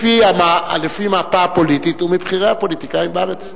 לפי המפה הפוליטית הוא מבכירי הפוליטיקאים בארץ.